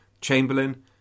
Chamberlain